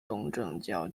东正教